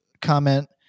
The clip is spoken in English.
comment